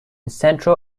central